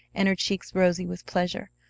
and her cheeks rosy with pleasure,